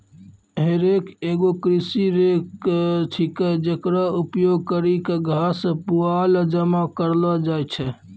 हे रेक एगो कृषि रेक छिकै, जेकरो उपयोग करि क घास, पुआल जमा करलो जाय छै